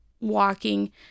walking